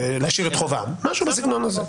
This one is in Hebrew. להשאיר את חובם משהו בסגנון הזה.